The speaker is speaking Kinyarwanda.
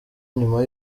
nyuma